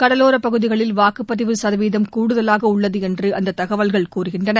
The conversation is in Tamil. கடலோரப் பகுதிகளில் வாக்குப்பதிவு சதவீதம் கூடுதலாக உள்ளது என்று அந்த தகவல்கள் கூறுகின்றள